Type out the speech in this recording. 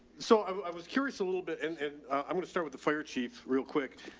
so i was curious a little bit and i'm going to start with the fire chief real quick